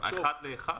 אחד לאחד?